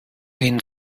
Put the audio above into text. been